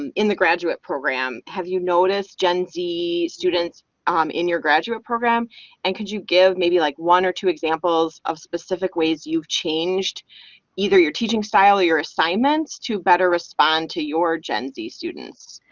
um in the graduate program have you noticed gen z students um in your graduate program and could you give maybe like one or two examples of specific ways you've changed either your teaching style or your assignments to better respond to your gen z students?